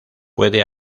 puede